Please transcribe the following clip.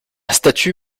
statue